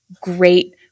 great